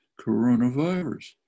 coronavirus